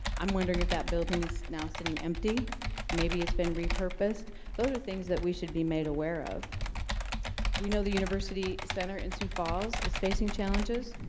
i'm wondering if that building is now sitting empty maybe it's been repurposed those are things that we should be made aware of we know the university center in sioux falls is facing challenges